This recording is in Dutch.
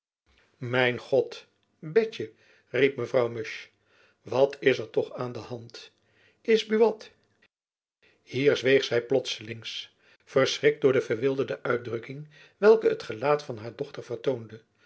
mijn god betjen riep mevrouw musch wat is er toch aan de hand is buat jacob van lennep elizabeth musch hier zweeg zy plotselings verschrikt door de verwilderde uitdrukking welke het gelaat van haar dochter